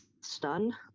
Stun